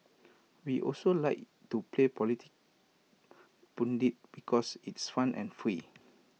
we also like to play political pundit because it's fun and free